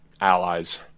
allies